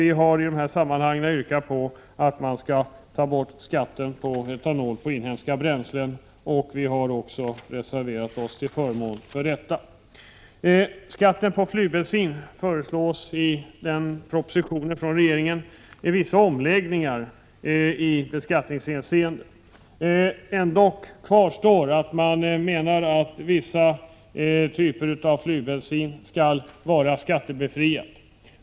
Vi har i dessa sammanhang yrkat att man skall ta bort skatten på etanol framställd av inhemska bränslen. Vi har också reserverat oss till förmån för detta. Vissa omläggningar i skattehänseende föreslås i regeringens proposition beträffande flygbensin. Det kvarstår ändock att vissa typer av flygbensin skall vara skattebefriade.